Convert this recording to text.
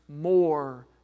more